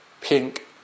Pink